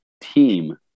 team